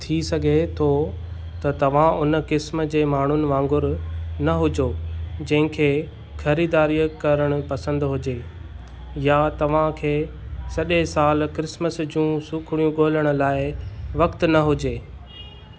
थी सघे थो त तव्हां उन क़िस्म जे माण्हुनि वांगुरु न हुजो जंहिंखे ख़रीदारीअ करणु पसंदि हुजे या तव्हांखे सॼे सालु क्रिसमस जूं सूखड़ियूं ॻोल्हण लाइ वक़्तु न हुजे